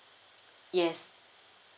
yes